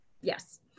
Yes